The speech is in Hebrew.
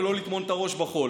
ולא לטמון את הראש בחול.